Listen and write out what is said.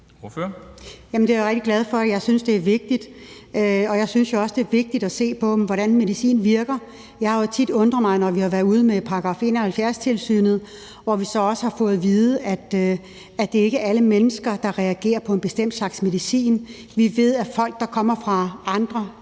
Det er jeg rigtig glad for. Jeg synes, det er vigtigt, og jeg synes jo også, det er vigtigt at se på, hvordan medicinen virker. Jeg har jo tit undret mig, når vi har været ude med § 71-tilsynet, hvor vi så også har fået at vide, at det ikke er alle mennesker, der reagerer på en bestemt slags medicin. Vi ved, at folk, der kommer fra andre